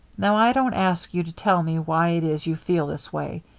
now, i don't ask you to tell me why it is you feel this way.